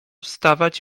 stawać